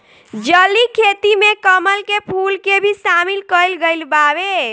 जलीय खेती में कमल के फूल के भी शामिल कईल गइल बावे